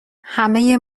همه